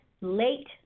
late